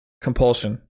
compulsion